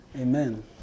Amen